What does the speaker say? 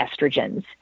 estrogens